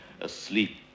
asleep